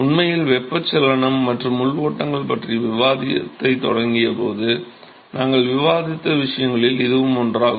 உண்மையில் வெப்பச்சலனம் மற்றும் உள் ஓட்டங்கள் பற்றிய விவாதத்தைத் தொடங்கியபோது நாங்கள் விவாதித்த விஷயங்களில் இதுவும் ஒன்றாகும்